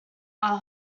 are